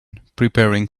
preparing